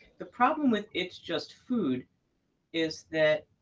the problem with it's just food is that